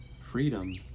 Freedom